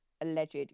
alleged